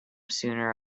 sooner